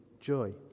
joy